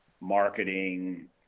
marketing